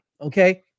okay